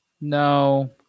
no